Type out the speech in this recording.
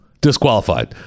Disqualified